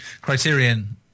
criterion